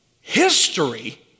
History